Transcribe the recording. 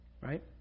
Right